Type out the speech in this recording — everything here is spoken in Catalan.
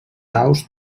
aus